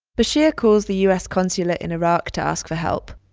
bashir calls the u s. consulate in iraq to ask for help.